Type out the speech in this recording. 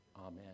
amen